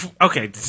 okay